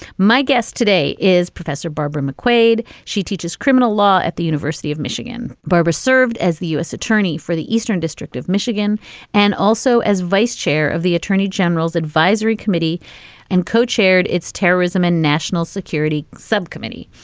my guest today is professor barbara mcquade. she teaches criminal law at the university of michigan. barbara served as the u s. attorney for the eastern district of michigan and also as vice chair of the attorney general's advisory committee and co-chaired its terrorism and national security subcommittee.